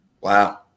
Wow